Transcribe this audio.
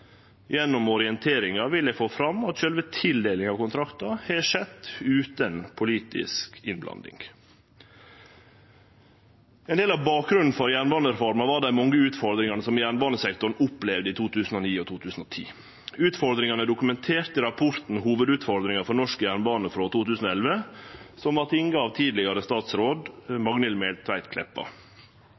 Gjennom orienteringa vil eg få fram at sjølve tildelinga av kontrakten har skjedd utan politisk innblanding. Ein del av bakgrunnen for jernbanereforma var dei mange utfordringane som jernbanesektoren opplevde i 2009 og 2010. Utfordringane er dokumenterte i rapporten Hovudutfordringar for norsk jernbane frå 2011, som vart tinga av tidlegare statsråd Magnhild Meltveit Kleppa.